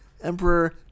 Emperor